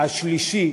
השלישי,